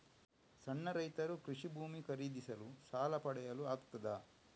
ಸಣ್ಣ ರೈತರು ಕೃಷಿ ಭೂಮಿ ಖರೀದಿಸಲು ಸಾಲ ಪಡೆಯಲು ಆಗ್ತದ?